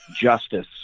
justice